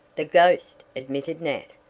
the ghost, admitted nat.